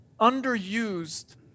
underused